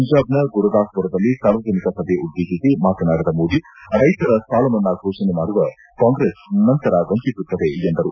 ಪಂಜಾಬ್ನ ಗುರುದಾಸ್ಮರದಲ್ಲಿ ಸಾರ್ವಜನಿಕ ಸಭೆ ಉದ್ದೇಶಿಸಿ ಮಾತನಾಡಿದ ಮೋದಿ ರೈತರ ಸಾಲ ಮನ್ನಾ ಘೋಷಣೆ ಮಾಡುವ ಕಾಂಗ್ರೆಸ್ ನಂತರ ವಂಚಿಸುತ್ತದೆ ಎಂದರು